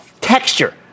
texture